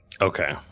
Okay